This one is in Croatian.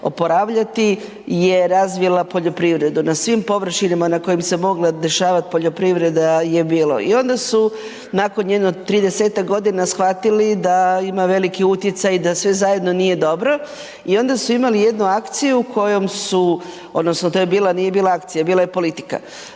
oporavljati je razvila poljoprivredu. Na svim površinama na kojima se mogla dešavati poljoprivreda. I onda su nakon jedno 30-tak godina shvatili da imaju veliki utjecaj i da sve zajedno nije dobro i onda su imali jednu akciju kojom su, odnosno, to je bila, nije bila akcija, bila je politika.